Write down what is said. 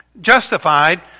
justified